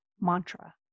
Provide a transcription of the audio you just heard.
mantra